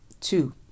Two